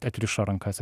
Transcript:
atrišo rankas